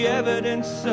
evidence